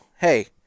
hey